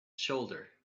shoulder